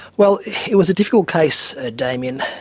well, it was a difficult case, ah damien.